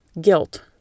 Guilt